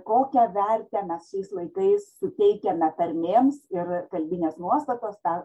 kokią vertę mes šiais laikais suteikiame tarmėms ir kalbinės nuostatos ta